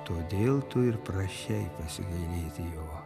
todėl tu ir prašei pasigailėti jo